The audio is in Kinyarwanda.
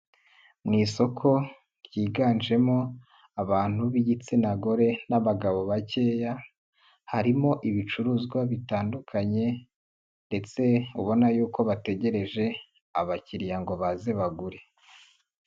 Mu isoko ryiganjemo abantu b'igitsina gore n'abagabo bakeya, harimo ibicuruzwa bitandukanye ndetse ubona yuko bategereje abakiriya ngo baze bagure.